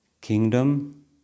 kingdom